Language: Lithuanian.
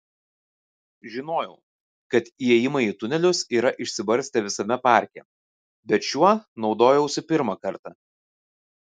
žinojau kad įėjimai į tunelius yra išsibarstę visame parke bet šiuo naudojausi pirmą kartą